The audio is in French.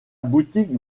boutique